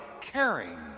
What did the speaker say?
caring